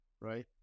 right